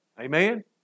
Amen